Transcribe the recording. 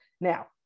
Now